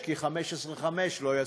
כי עד 15 במאי לא יספיקו.